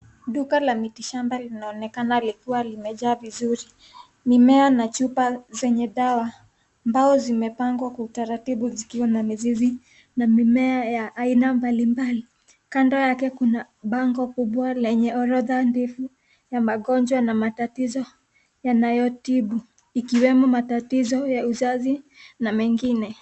Duka la mitishamba linaonekana likiwa limejaa vizuri. Mimea na chupa zenye dawa ambazo zimepangwa kwa utaratibu zikiwa na mizizi na mimea ya aina mbali mbali. Kando yake kuna bango kubwa lenye orodha ndefu ya magonjwa na matatizo yanayotibu, ikiwemo matatizo ya uzazi na mengine.